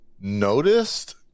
Noticed